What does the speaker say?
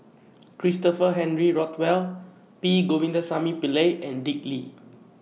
Christopher Henry Rothwell P Govindasamy Pillai and Dick Lee